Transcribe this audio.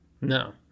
No